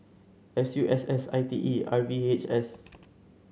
S U S S I T E and R V H S